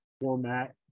format